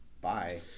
bye